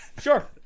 Sure